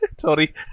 Sorry